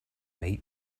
mate